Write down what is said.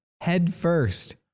headfirst